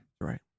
Right